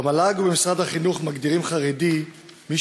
במל"ג ובמשרד-החינוך מגדירים "חרדי" מי